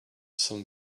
some